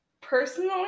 personally